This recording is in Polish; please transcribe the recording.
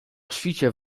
świcie